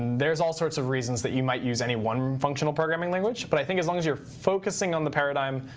there's all sorts of reasons that you might use any one functional programming language. but i think as long as you're focusing on the paradigm,